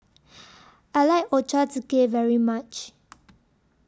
I like Ochazuke very much